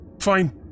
Fine